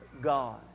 God